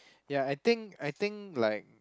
ya I think I think like